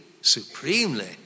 supremely